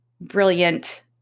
brilliant